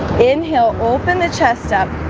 inhale open the chest up